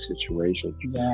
situation